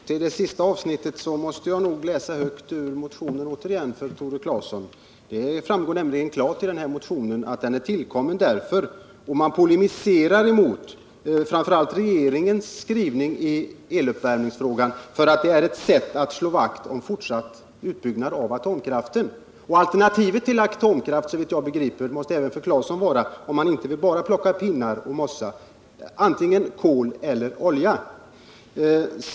Herr talman! Med hänsyn till det sista avsnittet i Tore Claesons inlägg måste jag nog återigen läsa högt för honom ur vpk:s motion 2422. Man polemiserar där framför allt emot regeringens skrivning i eluppvärmningsfrågan och säger att propagandan för användning av el är ”direkt avsedd att motivera den fortsatta utbyggnaden av atomkraften”. Alternativet till atomkraft måste, såvitt jag begriper, även för Tore Claeson — om han inte bara vill plocka pinnar och mossa — vara antingen kol eller olja.